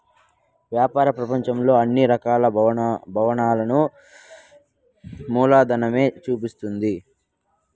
వ్యాపార ప్రపంచంలో అన్ని రకాల భావనలను మూలధనమే చూపిస్తుంది